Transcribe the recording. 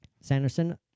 Sanderson